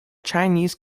chinese